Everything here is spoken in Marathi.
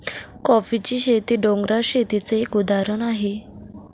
कॉफीची शेती, डोंगराळ शेतीच एक उदाहरण आहे